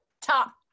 top